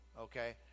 okay